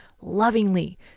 lovingly